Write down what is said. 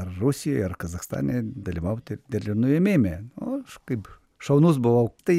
rusijoj ar kazachstane dalyvauti derlių nuėmėme nu kaip šaunus buvau tai